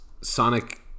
sonic